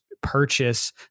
Purchase